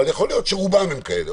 אבל יכול להיות שרובן הן כאלה.